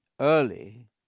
early